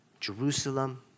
Jerusalem